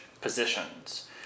positions